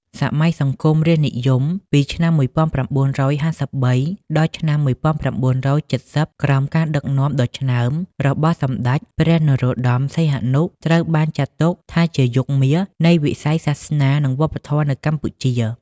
សម័យសង្គមរាស្ត្រនិយម ពី ឆ្នាំ១៩៥៣ ដល់ឆ្នាំ ១៩៧០ ក្រោមការដឹកនាំដ៏ឆ្នើមរបស់ សម្ដេចព្រះនរោត្តម សីហនុ ត្រូវបានចាត់ទុកថាជា យុគមាស នៃវិស័យសាសនា និងវប្បធម៌នៅកម្ពុជា។